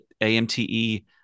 AMTE